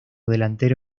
delantero